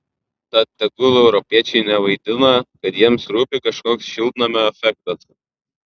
tad tegul europiečiai nevaidina kad jiems rūpi kažkoks šiltnamio efektas